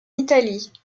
italie